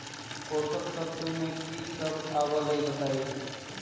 पोषक तत्व म की सब आबलई बताई?